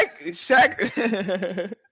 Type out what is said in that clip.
Shaq